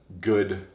good